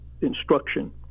instruction